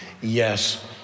yes